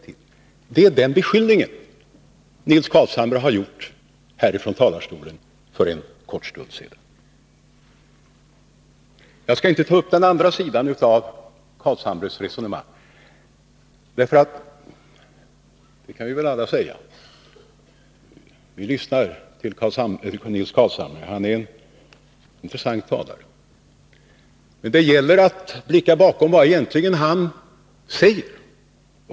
Det är den beskyllning Nils Carlshamre har gjort här ifrån talarstolen för en kort stund sedan. Jag skall inte ta upp den andra sidan av Nils Carlshamres resonemang. Vi kan väl alla säga att vi lyssnar till Nils Carlshamre som en intressant talare. Men det gäller att blicka bakom vad det är han egentligen säger.